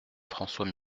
françois